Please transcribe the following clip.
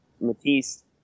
Matisse